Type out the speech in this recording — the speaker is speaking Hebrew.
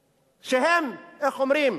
שהם, איך אומרים?